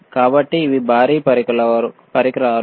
కాబట్టి ఇవి భారీ పరికరాలు